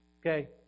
Okay